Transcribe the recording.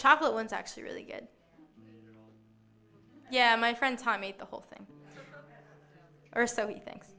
chocolate ones actually really good yeah my friend tom made the whole thing or so he thinks